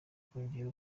kongera